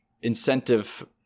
incentive